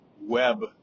web